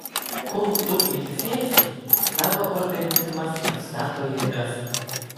kol tu ilsiesi tavo organizmas atstato jėgas